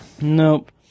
Nope